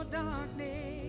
darkness